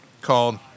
called